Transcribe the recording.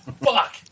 fuck